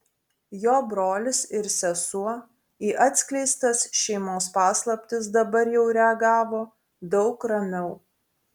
jo brolis ir sesuo į atskleistas šeimos paslaptis dabar jau reagavo daug ramiau